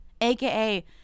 aka